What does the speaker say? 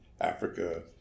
Africa